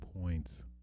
points